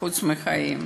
חוץ מחיים".